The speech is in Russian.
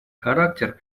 характер